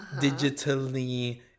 digitally